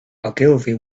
ogilvy